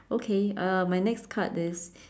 okay uh my next card is